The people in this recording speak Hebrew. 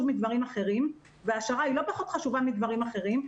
מדברים אחרים והעשרה לא פחות חשובה מדברים אחרים.